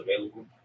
available